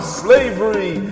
slavery